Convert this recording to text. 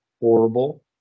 horrible